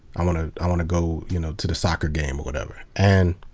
i want ah i want to go you know to the soccer game or whatever. and.